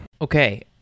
Okay